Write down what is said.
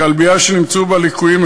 בכלבייה שנמצאו בה ליקויים,